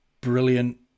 brilliant